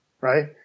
right